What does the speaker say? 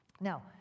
Now